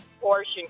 portion